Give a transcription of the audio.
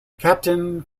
captain